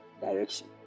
direction